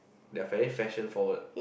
they are very fashion forward